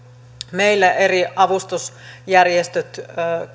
meillä eri avustusjärjestöt